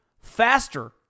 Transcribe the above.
faster